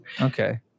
Okay